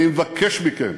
אני מבקש מכם,